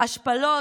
השפלות